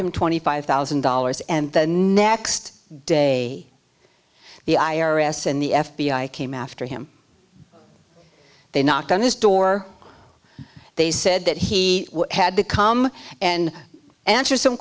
him twenty five thousand dollars and the next day the i r s and the f b i came after him they knocked on his door they said that he had to come and answer some